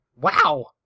Wow